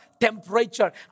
temperature